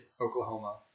Oklahoma